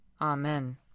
Amen